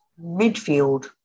midfield